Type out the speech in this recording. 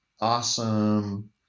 awesome